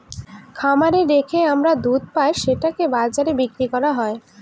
খামারে রেখে আমরা দুধ পাই সেটাকে বাজারে বিক্রি করা হয়